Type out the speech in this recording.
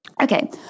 Okay